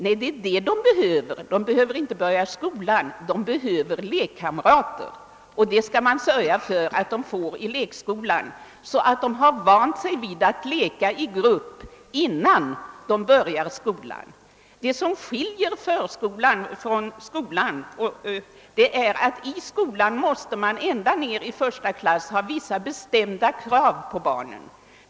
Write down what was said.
Ja, det är det de behöver, De har inget behov av att börja skolan, utan de behöver lekkamrater, och det skall sörjas för att de får sådana i lekskolan, så att de har vant sig vid att leka i grupp innan skolan börjar. Det som skiljer förskolan från skolan är att det i denna ända ned i första klass måste finnas vissa bestämda krav på barnen.